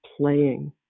playing